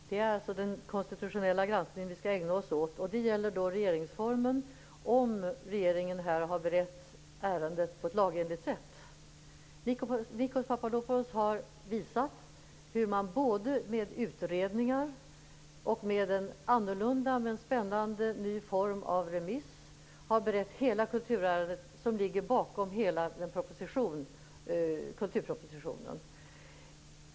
Fru talman! Det är alltså den konstitutionella granskningen som vi skall ägna oss åt, och det gäller då regeringsformen och om regeringen har berett ärendet på ett lagenligt sätt. Nikos Papadopoulos har visat hur man både med utredningar och med en annorlunda men spännande ny form av remiss har berett hela kulturärendet som ligger bakom hela kulturpropositionen.